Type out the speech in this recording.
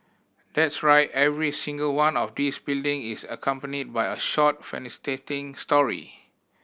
that's right every single one of these building is accompanied by a short fascinating story